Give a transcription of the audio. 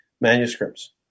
manuscripts